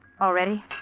Already